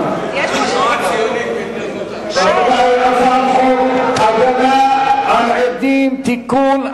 אנחנו חוזרים לסעיף 7 בסדר-היום: הצעת חוק להגנה על עדים (תיקון),